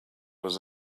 was